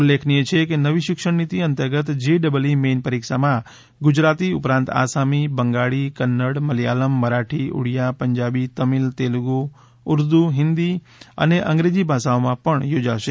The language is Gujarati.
ઉલ્લેખનિય છે કે નવી શિક્ષણ નીતિ અંતર્ગત જે ડબલઈ મેઈન પરીક્ષામાં ગુજરાતી ઉપરાંત આસામી બંગાળી કન્નડ મલયાલમ મરાઠી ઉડીયા પંજાબી તામીમ તેલુગુ ઉર્દૂ હિંદી અને અંગ્રેજી ભાષાઓમાં પણ યોજાશે